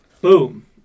Boom